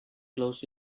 closed